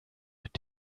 mit